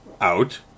out